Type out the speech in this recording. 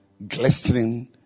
Glistening